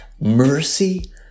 Mercy